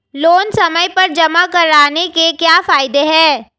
Loan समय पर जमा कराने के क्या फायदे हैं?